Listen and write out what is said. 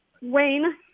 Wayne